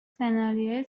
سناریوی